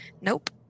nope